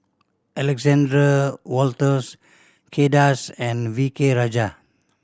Alexander Wolters Kay Das and V K Rajah